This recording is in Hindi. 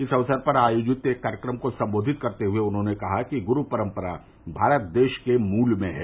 इस अवसर पर आयोजित एक कार्यक्रम को सम्बोधित करते उन्होंने कहा कि गुरू परम्परा भारत देश के मूल में है